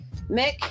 Mick